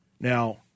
Now